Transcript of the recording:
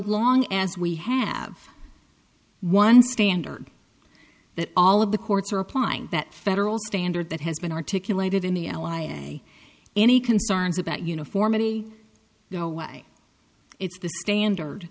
long as we have one standard that all of the courts are applying that federal standard that has been articulated in the l i any concerns about uniformity no way it's the standard